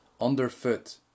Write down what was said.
underfoot